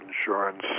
Insurance